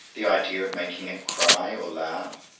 the idea of making it cry or laugh,